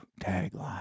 tagline